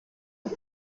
und